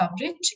coverage